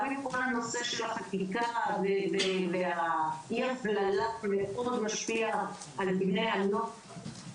גם הנושא של חקיקה ואי הפללה מאוד משפיע על בני הנוער.